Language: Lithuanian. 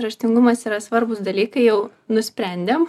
raštingumas yra svarbūs dalykai jau nusprendėm